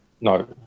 No